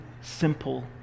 simple